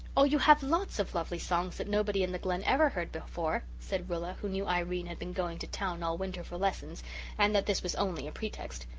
oh, you have lots of lovely songs that nobody in the glen ever heard before, said rilla, who knew irene had been going to town all winter for lessons and that this was only a pretext.